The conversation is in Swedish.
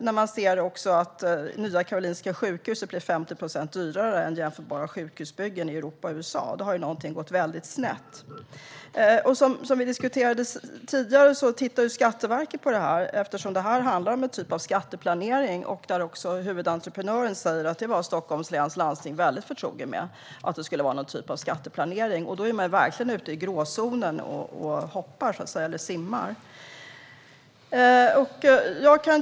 När man ser att Nya Karolinska blir 50 procent dyrare än jämförbara sjukhusbyggen i Europa och USA har någonting gått väldigt snett. Som vi diskuterade tidigare tittade Skatteverket på detta, eftersom det handlar om en typ av skatteplanering. Också huvudentreprenören säger att Stockholms läns landsting var väldigt förtrogen med att det skulle vara någon typ av skatteplanering. Då är man verkligen ute och hoppar eller simmar i gråzonen.